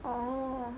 orh